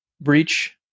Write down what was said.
breach